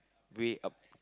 way up